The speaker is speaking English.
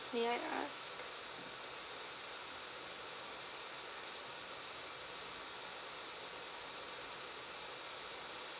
may I ask